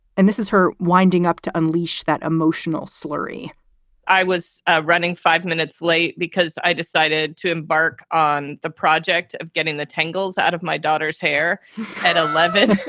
and this is her winding up to unleash that emotional slurry i was running five minutes late because i decided to embark on the project of getting the tangles out of my daughter's hair at eleven,